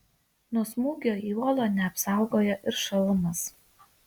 nuo smūgio į uolą neapsaugojo ir šalmas